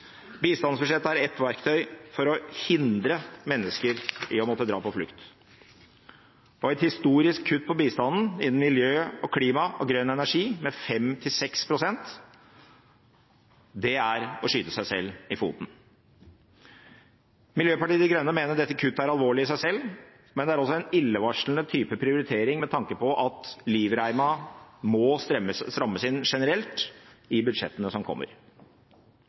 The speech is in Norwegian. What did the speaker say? Bistandsbudsjettet er et verktøy for å hindre mennesker i å måtte dra på flukt. Et historisk kutt i bistanden innen miljø, klima og grønn energi på 5–6 pst., er å skyte seg selv i foten. Miljøpartiet De Grønne mener dette kuttet er alvorlig i seg selv, men det er også en illevarslende type prioritering med tanke på at livreima må strammes inn generelt i budsjettene som kommer.